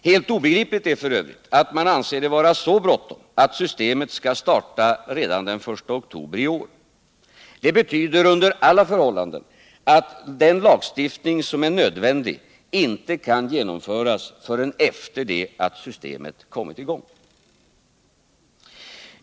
Helt obegripligt är f. ö. att man anser det vara så bråttom att systemet skall starta redan den 1 oktober i år. Det betyder under alla förhållanden att den lagstiftning som är nödvändig inte kan genomföras förrän efter det att systemet har kommit i gång.